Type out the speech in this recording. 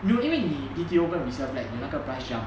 you know 因为你 B_T_O go and resell flat 你那个 price jump